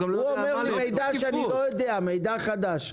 הוא אומר לי מידע שאני לא יודע, מידע חדש.